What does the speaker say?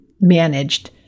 managed